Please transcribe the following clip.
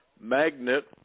magnet